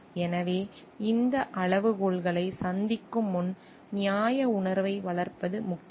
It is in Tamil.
எனவே இந்த அளவுகோல்களை சந்திக்கும் முன் நியாய உணர்வை வளர்ப்பது முக்கியம்